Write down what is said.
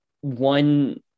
one